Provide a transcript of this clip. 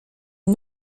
une